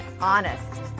honest